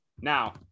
now